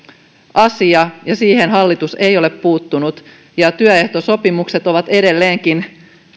asia ja siihen hallitus ei ole puuttunut työehtosopimukset ovat edelleenkin